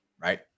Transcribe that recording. Right